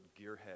gearhead